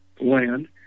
land